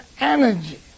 energy